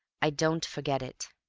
i don't forget it.